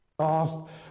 off